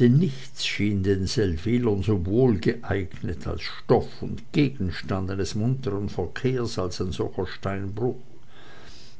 denn nichts schien den seldwylern so wohl geeignet als stoff und gegenstand eines muntern verkehrs als ein solcher steinbruch